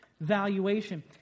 valuation